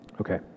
Okay